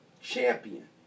champion